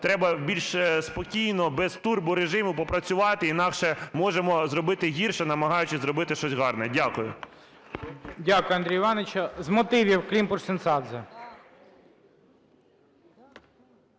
треба більш спокійно без турборежиму попрацювати, інакше можемо зробити гірше, намагаючись зробити щось гарне. Дякую. ГОЛОВУЮЧИЙ. Дякую, Андрію Івановичу. З мотивів – Климпуш-Цинцадзе.